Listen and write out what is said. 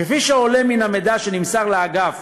כפי שעולה מן המידע שנמסר לאגף